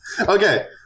Okay